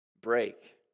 break